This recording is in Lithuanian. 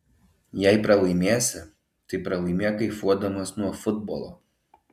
jei pralaimėsi tai pralaimėk kaifuodamas nuo futbolo